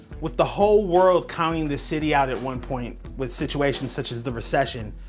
with the whole world calling the city out at one point with situations such as the recession,